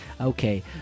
Okay